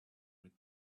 with